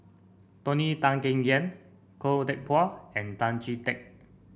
Tony Tan Keng Yam Khoo Teck Puat and Tan Chee Teck